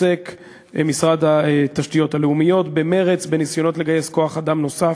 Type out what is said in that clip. משרד התשתיות הלאומיות עוסק במרץ בניסיונות לגייס כוח-אדם נוסף.